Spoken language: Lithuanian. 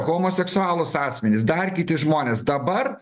homoseksualūs asmenys dar kiti žmonės dabar